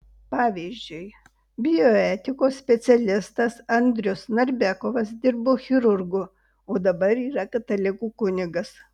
pavyzdžiui bioetikos specialistas andrius narbekovas dirbo chirurgu o dabar yra katalikų kunigas